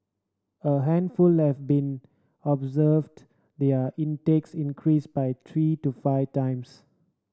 a handful been observed their intakes increase by three to five times